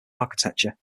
architecture